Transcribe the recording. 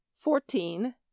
fourteen